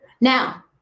Now